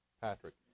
Patrick